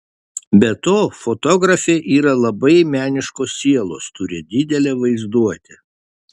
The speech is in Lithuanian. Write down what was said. be to fotografė yra labai meniškos sielos turi didelę vaizduotę